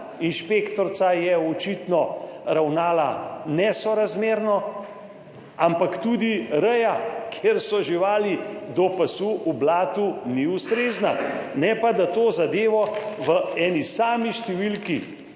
inšpektorica je očitno ravnala nesorazmerno, ampak tudi reja, kjer so živali do pasu v blatu, ni ustrezna. Ne pa, da to zadevo v eni sami številki